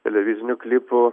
televizinių klipų